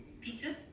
Pizza